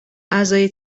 اعضای